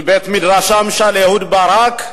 מבית-מדרשם של אהוד ברק,